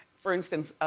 for instance,